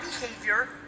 behavior